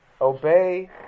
Obey